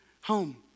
home